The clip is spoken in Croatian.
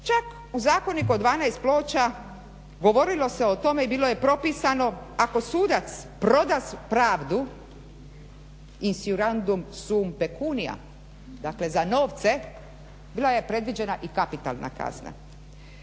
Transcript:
Čak u Zakoniku od 12 ploča govorilo se o tome i bilo je propisano ako sudac proda pravdu ins iurandum sum pecunia, dakle za novce bila je predviđena i kapitalna kazna.